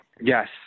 yes